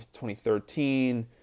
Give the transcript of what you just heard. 2013